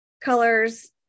colors